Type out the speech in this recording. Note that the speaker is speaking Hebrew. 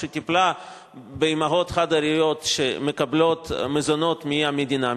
שטיפלה באמהות חד-הוריות שמקבלות מזונות מהמדינה,